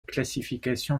classification